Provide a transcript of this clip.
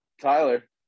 Tyler